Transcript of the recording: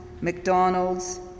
McDonald's